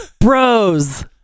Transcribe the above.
Bros